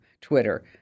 Twitter